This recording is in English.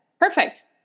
perfect